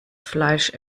fleisch